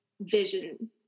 vision